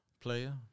player